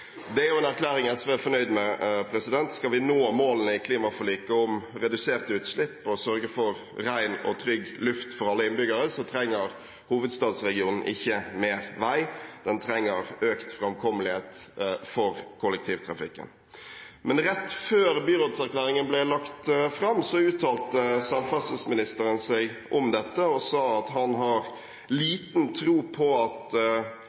Det er en erklæring SV er fornøyd med. Skal vi nå målene i klimaforliket om reduserte utslipp og sørge for ren og trygg luft for alle innbyggere, trenger hovedstadsregionen ikke mer vei, den trenger økt framkommelighet for kollektivtrafikken. Men rett før byrådserklæringen ble lagt fram, uttalte samferdselsministeren seg om dette og sa at han har «liten tro på at